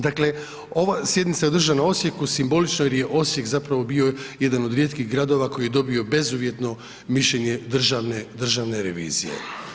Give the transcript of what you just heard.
Dakle, ova sjednica je održana u Osijeku simbolično jer je Osijek zapravo bio jedan od rijetkih gradova koji je dobio bezuvjetno mišljenje državne, državne revizije.